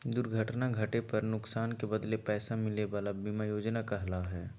दुर्घटना घटे पर नुकसान के बदले पैसा मिले वला बीमा योजना कहला हइ